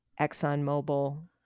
ExxonMobil